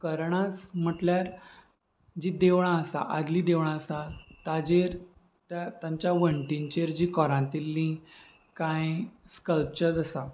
कर्णास म्हटल्यार जीं देवळां आसा आदलीं देवळां आसा ताजेर त्या तांच्या वणटींचेर जीं कोरांतल्लीं कांय स्कल्पचर्स आसा